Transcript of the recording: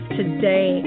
today